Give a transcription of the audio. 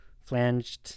flanged